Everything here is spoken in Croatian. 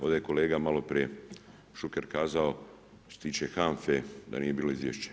Ovdje je kolega malo prije Šuker kazao što se tiče HANFA-e da nije bilo izvješća.